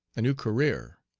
a new career,